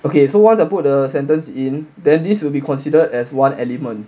okay so once I put the sentence in then this will be considered as one element